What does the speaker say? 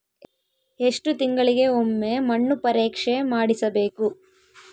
ಎಷ್ಟು ತಿಂಗಳಿಗೆ ಒಮ್ಮೆ ಮಣ್ಣು ಪರೇಕ್ಷೆ ಮಾಡಿಸಬೇಕು?